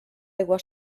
aigua